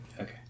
Okay